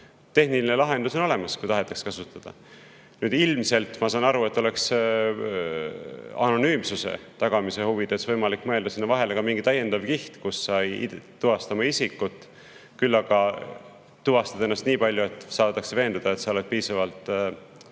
tehniline lahendus on olemas, kui tahetakse seda kasutada. Ilmselt, ma saan aru, oleks anonüümsuse tagamise huvides võimalik mõelda sinna vahele mingi täiendav kiht, et ei tuvastata isikut, küll aga tuvastatakse nii palju, et saadakse veenduda, et ta on piisavalt